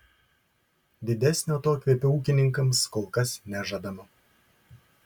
didesnio atokvėpio ūkininkams kol kas nežadama